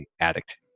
addict